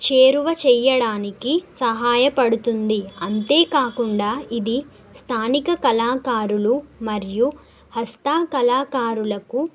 చేరువ చేయడానికి సహాయపడుతుంది అంతేకాకుండా ఇది స్థానిక కళాకారులు మరియు హస్తకళాకారులకు